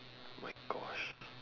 oh my gosh